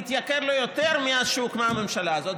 התייקר לו יותר ממה שמאז שהוקמה הממשלה הזאת.